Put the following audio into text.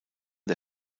der